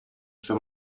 sue